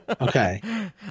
okay